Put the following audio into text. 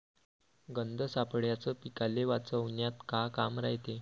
गंध सापळ्याचं पीकाले वाचवन्यात का काम रायते?